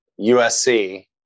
USC